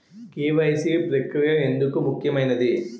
KYC ప్రక్రియ ఎందుకు ముఖ్యమైనది?